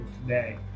today